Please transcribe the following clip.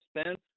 Spence